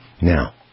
Now